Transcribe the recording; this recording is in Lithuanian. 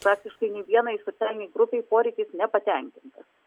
faktiškai nei vienai socialinei grupei poreikis nepatenkintas